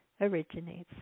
originates